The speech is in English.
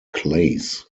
clays